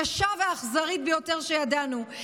הקשה והאכזרית ביותר שידענו,